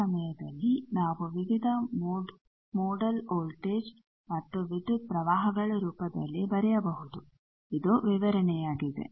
ಆ ಸಮಯದಲ್ಲಿ ನಾವು ವಿವಿಧ ಮೋಡಲ್ ವೋಲ್ಟೇಜ್ ಮತ್ತು ವಿದ್ಯುತ್ ಪ್ರವಾಹಗಳ ರೂಪದಲ್ಲಿ ಬರೆಯಬಹುದು ಇದು ವಿವರಣೆಯಾಗಿದೆ